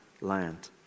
land